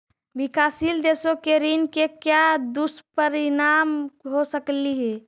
विकासशील देशों के ऋण के क्या दुष्परिणाम हो सकलई हे